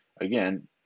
again